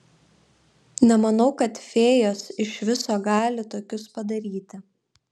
nemanau kad fėjos iš viso gali tokius padaryti